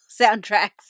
soundtracks